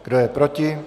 Kdo je proti?